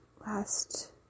last